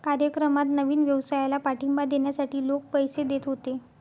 कार्यक्रमात नवीन व्यवसायाला पाठिंबा देण्यासाठी लोक पैसे देत होते